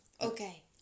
Okay